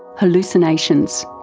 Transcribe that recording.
hallucinations.